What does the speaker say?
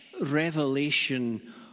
revelation